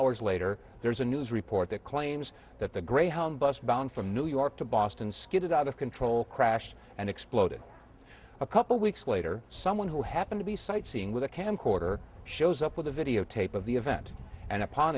hours later there's a news report that claims that the greyhound bus bound from new york to boston skidded out of control crashed and exploded a couple weeks later someone who happened to be sightseeing with a camcorder shows up with a videotape of the event and upon